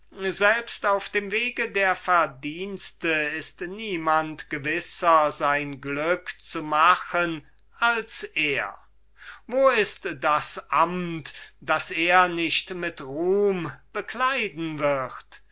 selbst auf dem wege der verdienste ist niemand gewisser sein glück zu machen als ein sophist wo ist der platz den er nicht mit ruhm bekleiden wird